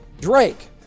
Drake